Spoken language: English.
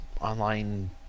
online